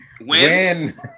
Win